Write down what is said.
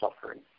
suffering